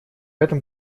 этом